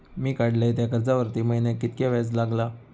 मी काडलय त्या कर्जावरती महिन्याक कीतक्या व्याज लागला?